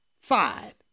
five